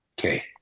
okay